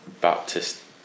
Baptist